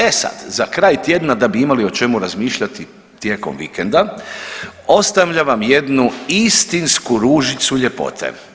E sad za kraj tjedna da bi imali o čemu razmišljati tijekom vikenda ostavljam vam jednu istinsku ružicu ljepote.